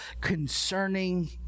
concerning